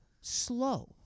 slow